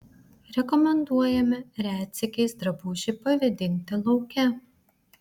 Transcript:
rekomenduojame retsykiais drabužį pavėdinti lauke